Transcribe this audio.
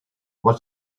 what